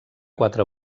quatre